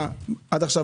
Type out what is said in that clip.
מה היה עד עכשיו?